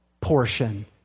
portion